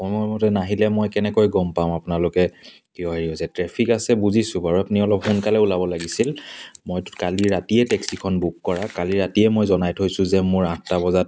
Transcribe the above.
সময়মতে নাহিলে মই কেনেকৈ গম পাম আপোনালোকে কিয় হেৰি হৈছে ট্ৰেফিক আছে বুজিছোঁ বাৰু আপুনি অলপ সোনকালে ওলাব লাগিছিল মইতো কালি ৰাতিয়ে টেক্সিখন বুক কৰা কালি ৰাতিয়ে মই জনাই থৈছোঁ যে মোৰ আঠটা বজাত